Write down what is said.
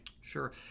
Sure